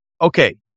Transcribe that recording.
Okay